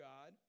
God